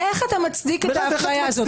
איך אתה מצדיק את האפליה הזאת?